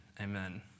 Amen